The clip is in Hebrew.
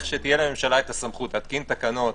שתהיה לממשלה את הסמכות להתקין תקנות,